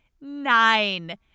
nine